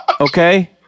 Okay